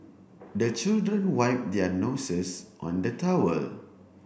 the children wipe their noses on the towel